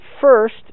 first